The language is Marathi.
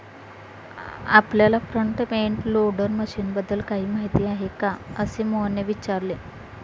आपल्याला फ्रंट एंड लोडर मशीनबद्दल काही माहिती आहे का, असे मोहनने विचारले?